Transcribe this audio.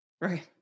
Right